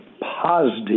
positive